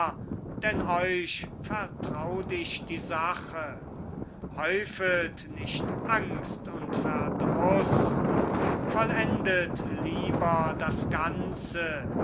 denn euch vertraut ich die sache häufet nicht angst und verdruß vollendet lieber das ganze